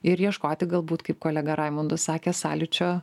ir ieškoti galbūt kaip kolega raimundas sakė sąlyčio